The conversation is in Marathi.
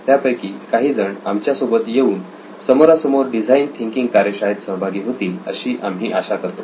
त्यापैकी काहीजण आमच्यासोबत येऊन समोरासमोर डिझाईन थिंकिंग कार्यशाळेत सहभागी होतील अशी आम्ही आशा करतो